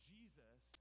Jesus